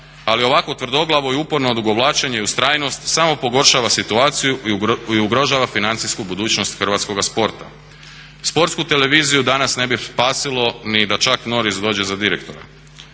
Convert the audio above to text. ali ovakvo tvrdoglavo i uporno odugovlačenje i ustrajnost samo pogoršava situaciju i ugrožava financijsku budućnost hrvatskoga sporta. Sportsku televiziju danas ne bi spasilo ni da Chuck Norris dođe za direktora.